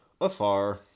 Afar